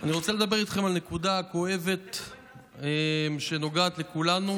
אני רוצה לדבר איתכם על נקודה כואבת שנוגעת לכולנו,